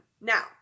Now